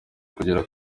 kugera